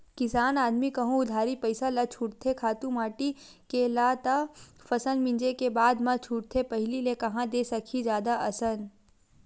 किसान आदमी कहूँ उधारी पइसा ल छूटथे खातू माटी के ल त फसल मिंजे के बादे म छूटथे पहिली ले कांहा दे सकही जादा असन